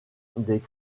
des